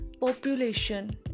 population